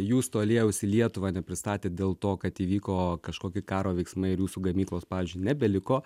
jūs to aliejaus į lietuvą nepristatėt dėl to kad įvyko kažkokie karo veiksmai ir jūsų gamyklos pavyzdžiui nebeliko